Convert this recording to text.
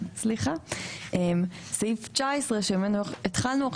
סעיף 19 שממנו התחלנו,